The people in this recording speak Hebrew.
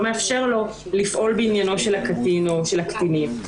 מאפשר לו לפעול בעניינו של הקטין או של הקטינים.